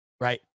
Right